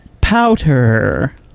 powder